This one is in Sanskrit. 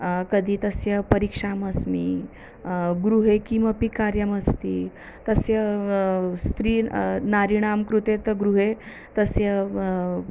कदा तस्य परीक्षाम् अस्मि गृहे किमपि कार्यमस्ति तस्य स्त्रीणां नारीणां कृते तु गृहे तस्य